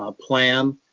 ah plan.